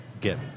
get